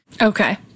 Okay